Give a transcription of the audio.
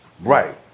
Right